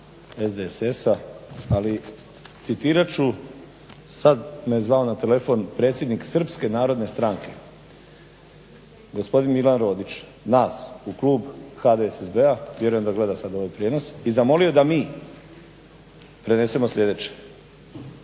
SDSS-a ali citirat ću sada me zvao na telefon predsjednik Srpske narodne stranke gospodin Milan Rodić nas u klub HDSSB-a vjerujem da gleda sada ovaj prijenos i zamolio da mi prenesemo sljedeće